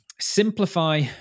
simplify